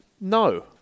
No